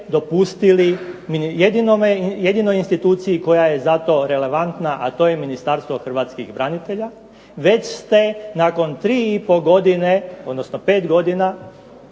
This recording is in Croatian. dopustili jedinoj instituciji koja je za to relevantna, a to je Ministarstvo branitelja, već ste nakon tri i pol godina, odnosno pet godina